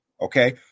Okay